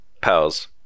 pals